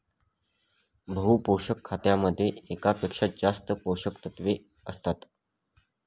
बहु पोषक खतामध्ये एकापेक्षा जास्त पोषकतत्वे असतात